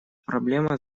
проблема